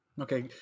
Okay